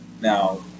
now